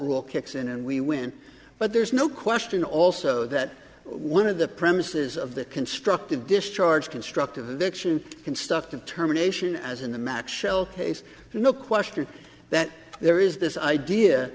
rule kicks in and we win but there's no question also that one of the premises of the constructive discharge constructive addiction can stuff determination as in the match shell case no question that there is this idea